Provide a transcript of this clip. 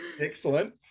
excellent